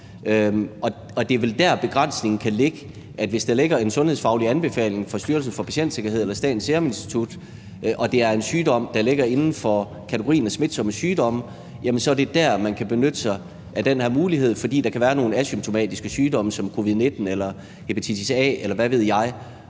Det er vel der, begrænsningen kan ligge – altså at hvis der ligger en sundhedsfaglig anbefaling fra Styrelsen for Patientsikkerhed eller Statens Serum Institut og det er en sygdom, der ligger inden for kategorien af smitsomme sygdomme, så er det der, man kan benytte sig af den her mulighed, fordi der kan være nogle asymptomatiske sygdomme som covid-19 eller hepatitis A, eller hvad ved jeg,